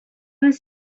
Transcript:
was